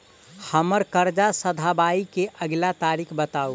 हम्मर कर्जा सधाबई केँ अगिला तारीख बताऊ?